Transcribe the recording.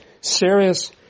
serious